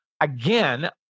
again